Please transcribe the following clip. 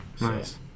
Nice